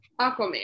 Aquaman